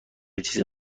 چیزی